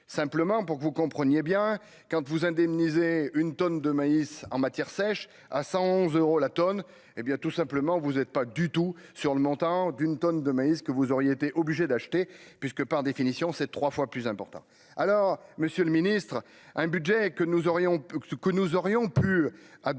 simplement pour que vous compreniez bien quand vous indemniser une tonne de maïs en matière sèche à 111 euros la tonne, hé bien tout simplement, vous êtes pas du tout sur le montant d'une tonne de maïs que vous auriez été obligé d'acheter puisque, par définition, c'est 3 fois plus important alors Monsieur le Ministre, un budget que nous aurions que